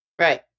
Right